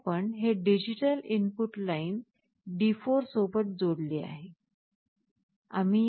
येथे आपण हे डिजिटल इनपुट लाइन D4 सोबत जोडले आहे